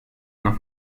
una